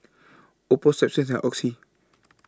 Oppo Strepsils and Oxy